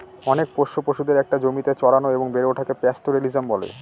অনেক পোষ্য পশুদের একটা জমিতে চড়ানো এবং বেড়ে ওঠাকে পাস্তোরেলিজম বলে